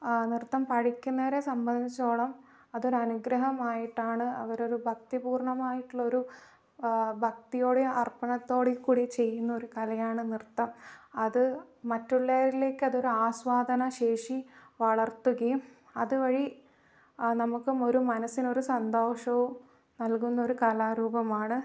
നൃത്തം പഠിക്കുന്നവരെ സംബന്ധിച്ചിടത്തോളം അത് ഒരു അനുഗ്രഹമായിട്ടാണ് അവർ ഒരു ഭക്തിപൂർണ്ണമായിട്ടുള്ള ഒരു ഭക്തിയോടെ അർപ്പണത്തോടെ കൂടി ചെയ്യുന്ന ഒരു കലയാണ് നൃത്തം അത് മറ്റുള്ളവരിലേക്ക് അത് ഒരു ആസ്വാദന ശേഷി വളർത്തുകയും അതുവഴി നമുക്കും ഒരു മനസ്സിന് ഒരു സന്തോഷവും നൽകുന്ന ഒരു കലാരൂപമാണ്